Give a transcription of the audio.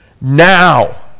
now